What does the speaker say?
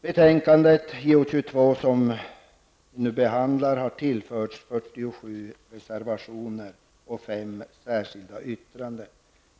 Betänkandet JoU22 som vi nu behandlar har tillförts 47 reservationer samt 5 särskilda yttranden.